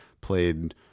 played